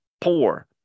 poor